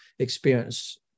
experience